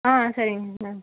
ஆ சரிங்க மேம்